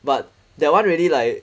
but that one really like